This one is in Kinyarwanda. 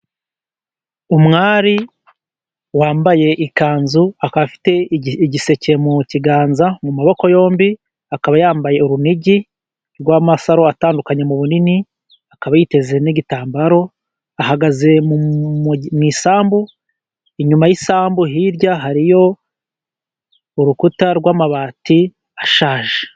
Umwari wambaye ikanzu, akaba afite igiseke mu kiganza mu maboko yombi, akaba yambaye urunigi rw'amasaro atandukanye mu bunini, akaba yiteze n'igitambaro ahagaze mu isambu. Inyuma y'isambu hirya hariyo urukuta rw'amabati ashaje.